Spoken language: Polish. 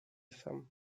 sam